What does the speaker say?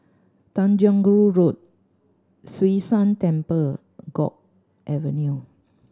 Tanjong Rhu Road Hwee San Temple Guok Avenue